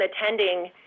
attending